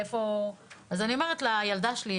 אני אומרת לילדה שלי,